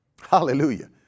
hallelujah